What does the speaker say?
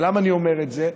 ולמה אני אומר את זה?